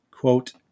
quote